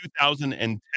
2010